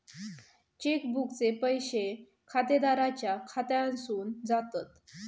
check बुकचे पैशे खातेदाराच्या खात्यासून जातत